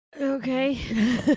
Okay